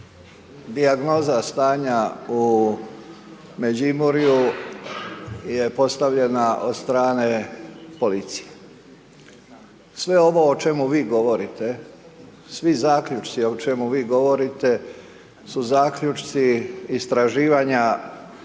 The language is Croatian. dijagnoza stanja u Međimurju je postavljena od strane policije. Sve ovo o čemu vi govorite, svi zaključci o čemu vi govorite su zaključci istraživanja,